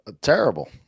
Terrible